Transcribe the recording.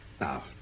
Now